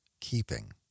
keeping